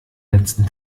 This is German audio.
letzten